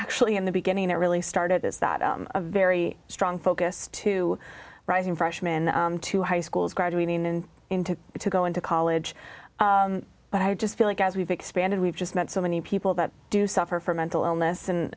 actually in the beginning it really started is that a very strong focus to rising freshmen to high schools graduating and into to go into college but i just feel like as we've expanded we've just met so many people that do suffer from mental illness and